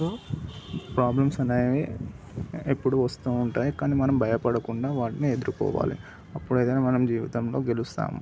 so problems అనేవి ఎప్పుడు వస్తూ ఉంటాయి కానీ మనం భయపడకుండా వాటిని ఎదురుకోవాలి అప్పుడైతే మనం జీవితంలో గెలుస్తాము